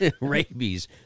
Rabies